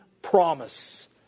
Promise